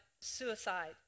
suicide